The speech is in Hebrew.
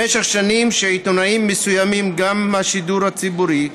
במשך שנים עיתונאים מסוימים, גם מהשידור הציבורי,